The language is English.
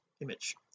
image